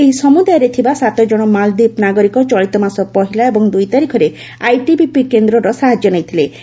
ଏହି ସମୁଦାୟରେ ଥିବା ସାତଜଣ ମାଲଦ୍ୱୀପ ନାଗରିକ ଚଳିତମାସ ପହିଲା ଏବଂ ଦୁଇ ତାରିଖରେ ଆଇଟିବିପି କେନ୍ଦ୍ରରେ ସାହାଯ୍ୟ ନେଇଥିଳେ